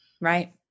Right